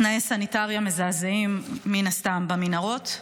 תנאי סניטריה מזעזעים במנהרות,